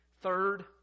Third